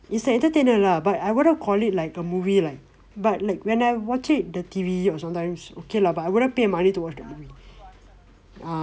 it's an entertainer lah but I wouldn't call it like a movie like but like when I watch it the T_V or sometimes okay lah but I wouldn't pay money to watch that movie